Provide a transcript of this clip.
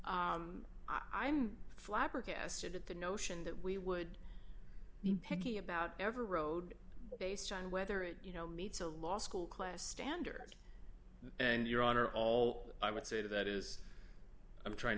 us i'm flabbergasted at the notion that we would be picky about every road based on whether it you know meets a law school class standards and your honor all i would say to that is i'm trying